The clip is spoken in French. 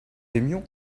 aimions